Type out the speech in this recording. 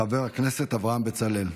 חבר הכנסת אברהם בצלאל.